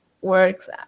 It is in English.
works